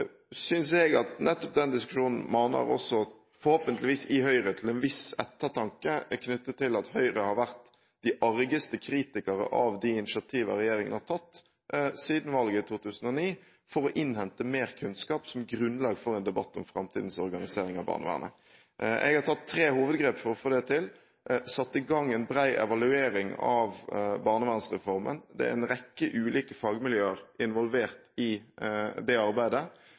jeg at nettopp den diskusjonen maner, også forhåpentligvis i Høyre, til en viss ettertanke knyttet til at Høyre har vært de argeste kritikerne av de initiativer regjeringen har tatt siden valget 2009, for å innhente merkunnskap som grunnlag for en debatt om framtidens organisering av barnevernet. Jeg har tatt tre hovedgrep for å få det til. Jeg har satt i gang en bred evaluering av barnevernsreformen. Det er en rekke ulike fagmiljøer involvert i dette arbeidet.